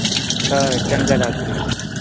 खरा चंगा डाक्टर जी